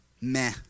meh